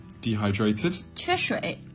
dehydrated